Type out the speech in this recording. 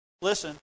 Listen